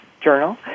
journal